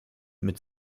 mit